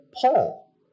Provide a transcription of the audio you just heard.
Paul